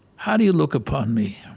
how do you look upon me?